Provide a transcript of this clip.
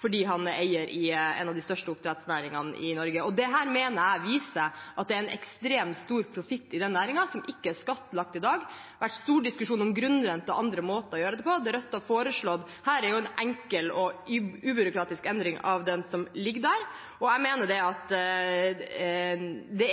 fordi han er eier i et av de største oppdrettsselskapene i Norge. Dette mener jeg viser at det er en ekstremt stor profitt i denne næringen som ikke er skattlagt i dag. Det har vært en stor diskusjon om grunnrente og andre måter å gjøre det på. Det Rødt har foreslått her, er jo en enkel og ubyråkratisk endring av den ordningen som ligger der, og jeg mener at det